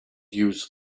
use